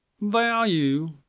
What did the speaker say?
Value